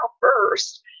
first